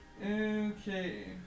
Okay